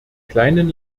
kleinen